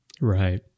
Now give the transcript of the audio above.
Right